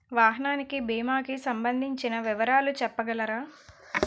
వాహనానికి భీమా కి సంబందించిన వివరాలు చెప్పగలరా?